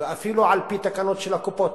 ואפילו על-פי התקנות של הקופות.